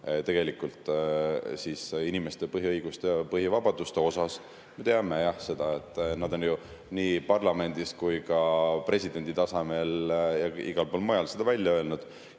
tegelikult inimeste põhiõiguste ja põhivabaduste osas. Me teame seda, et nad on nii parlamendis kui ka presidendi tasemel ja igal pool mujal seda välja öelnud.